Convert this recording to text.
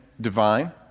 divine